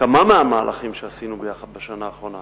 כמה מהמהלכים שעשינו יחד בשנה האחרונה: